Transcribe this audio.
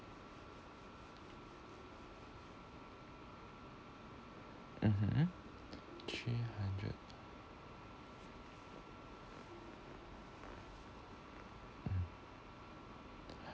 mmhmm three hundred um